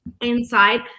inside